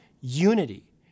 unity